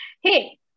hey